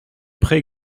pré